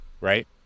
right